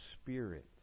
Spirit